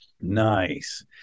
Nice